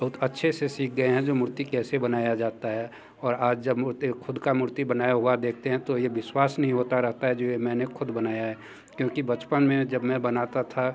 बहुत अच्छे से सीख गएँ हैं जो मूर्ति कैसे बनाया जाती है और आज जब मूर्ति ख़ुद की मूर्ति बनाया हुई देखते हैं तो ये विश्वास नहीं होता रहता है जो ये मैंने ख़ुद बनाया है क्योंकि बचपन में जब मैं बनाता था